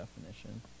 definition